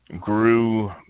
grew